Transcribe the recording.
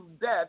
death